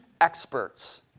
experts